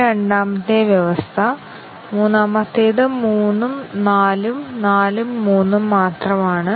അതിനാൽ ഓരോ അടിസ്ഥാന അവസ്ഥയ്ക്കും അത്തരം ടെസ്റ്റ് കേസുകൾ ഞങ്ങൾക്ക് ആവശ്യമാണ്